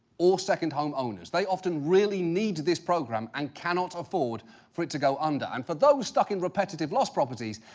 or second homeowners. they often really need this program and cannot afford for it to go under. and, for those stuck in repetitive loss properties,